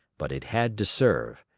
but it had to serve.